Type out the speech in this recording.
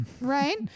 right